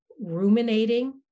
ruminating